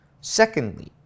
Secondly